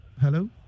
Hello